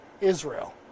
Israel